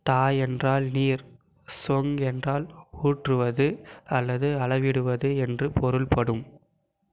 த என்றால் நீர் சொங் என்றால் ஊற்றுவது அல்லது அளவிடுவது என்று பொருள்படும்